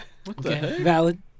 valid